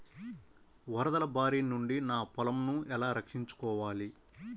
వరదల భారి నుండి నా పొలంను ఎలా రక్షించుకోవాలి?